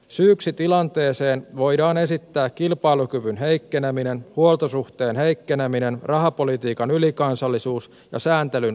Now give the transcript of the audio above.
syyksi tilanteeseen voidaan esittää kilpailukyvyn heikkeneminen huoltosuhteen heikkeneminen rahapolitiikan ylikansallisuus ja sääntelyn lisääntyminen